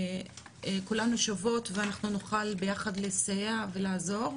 כולנו שוות ואנחנו נוכל ביחד לסייע ולעזור,